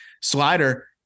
Slider